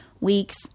weeks